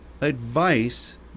advice